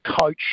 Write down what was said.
coach